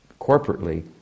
corporately